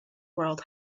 world